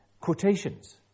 quotations